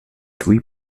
three